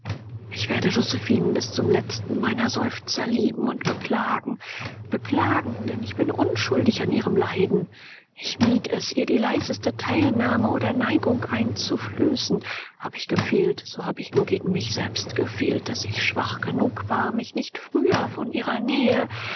ich werde josephinen bis zum letzten meiner seufzer lieben und beklagen beklagen denn ich bin unschuldig an ihrem leiden ich mied es ihr die leiseste teilnahme oder neigung einzuflößen hab ich gefehlt so hab ich nur gegen mich selbst gefehlt daß ich schwach genug war mich nicht früher von ihrer nähe